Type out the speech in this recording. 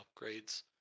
upgrades